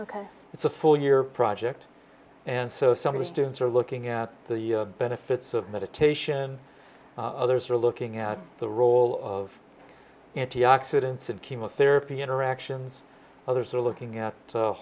ok it's a four year project and so some of the students are looking at the benefits of meditation others are looking at the role of antioxidants and chemotherapy interactions others are looking at